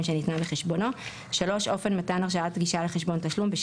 שניתנה בחשבונו; אופן מתן הרשאת גישה לחשבון תשלום של